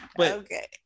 Okay